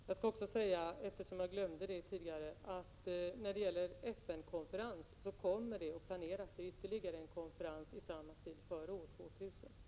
Fru talman! När det gäller en FN-konferens vill jag också — eftersom jag glömde det tidigare — säga att det planeras ytterligare en konferens i samma stil före år 2000.